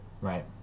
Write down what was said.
Right